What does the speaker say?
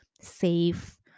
safe